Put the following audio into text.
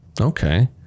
Okay